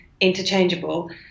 interchangeable